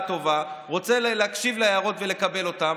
טובה ורוצה להקשיב להערות ולקבל אותם.